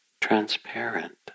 transparent